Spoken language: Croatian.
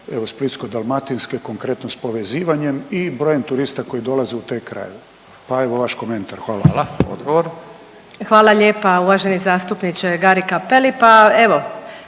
Splitsko-dalmatinske konkretno s povezivanje i brojem turista koji dolaze u te krajeve, pa evo vaš komentar. Hvala. **Radin, Furio (Nezavisni)** Hvala. Odgovor.